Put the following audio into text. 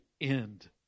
end